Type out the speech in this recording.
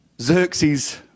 Xerxes